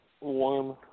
warm